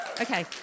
Okay